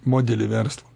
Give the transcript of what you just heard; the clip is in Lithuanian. modelį verslo